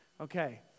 Okay